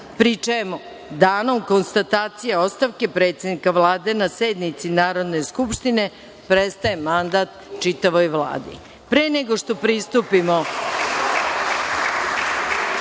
pri čemu danom konstatacije ostavke predsednika Vlade na sednici Narodne skupštine prestaje mandat čitavoj Vladi. Pre nego što pristupimo